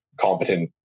competent